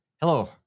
hello